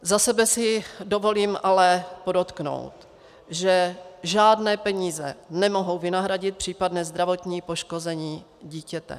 Za sebe si dovolím ale podotknout, že žádné peníze nemohou vynahradit případné zdravotní poškození dítěte.